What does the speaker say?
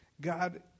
God